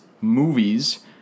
movies